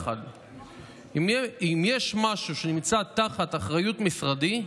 אם יש משהו שנמצא תחת אחריות משרדי,